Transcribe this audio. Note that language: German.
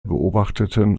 beobachteten